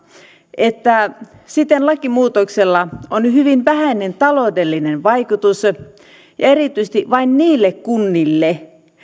että siten lakimuutoksella on hyvin vähäinen taloudellinen vaikutus ja erityisesti vain niille kunnille